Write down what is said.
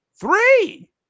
Three